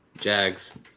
Jags